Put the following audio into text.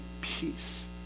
peace